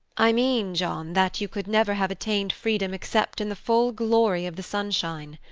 i mean, john, that you could never have attained freedom except in the full glory of the sunshine.